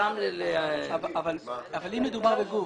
אבל אם מדובר בגוף